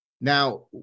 Now